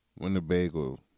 Winnebago